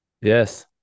yes